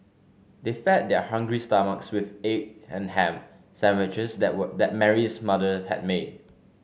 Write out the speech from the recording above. they fed their hungry stomachs with egg and ham sandwiches that were that Mary's mother had made